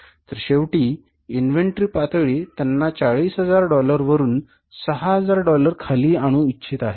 तर शेवटी इन्व्हेंटरी पातळी त्यांना 40000 डॉलरवरून 6000 डॉलर खाली आणू इच्छित आहे